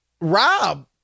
Rob